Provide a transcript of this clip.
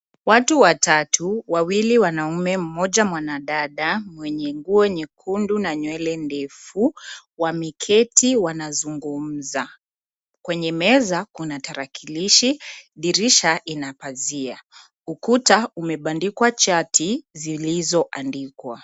Watu watatu, wawili wanaume, mmoja mwanadada mwenye nguo nyekundu na nywele ndefu wameketi wanazungumza. kwenye meza kuna tarakilishi, dirisha ina pazia, ukuta umebandikwa chati zilizoandikwa.